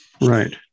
Right